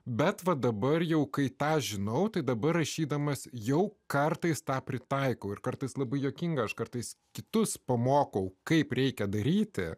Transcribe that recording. bet va dabar jau kai tą žinau tai dabar rašydamas jau kartais tą pritaiko ir kartais labai juokinga aš kartais kitus pamoko kaip reikia daryti